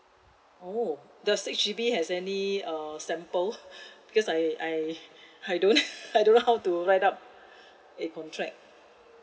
oh does H_D_B has any err sample because I I I don't I don't know how to write up a contract